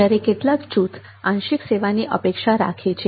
જ્યારે કેટલાક જૂથ આંશિક સેવાની અપેક્ષા રાખે છે